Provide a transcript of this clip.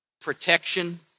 Protection